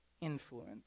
influence